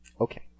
Okay